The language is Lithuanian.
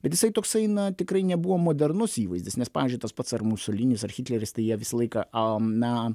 bet jisai toksai na tikrai nebuvo modernus įvaizdis nes pavyzdžiui tas pats ar musolinis ar hitleris tai jie visą laiką a na